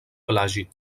plagi